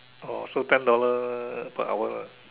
orh so ten dollars per hour lah